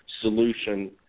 solution